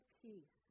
peace